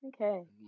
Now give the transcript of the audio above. okay